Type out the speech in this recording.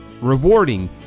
rewarding